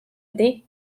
ydy